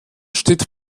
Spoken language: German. steht